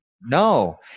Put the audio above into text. No